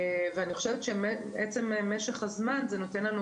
אני חושבת שעצם משך הזמן זה נותן לנו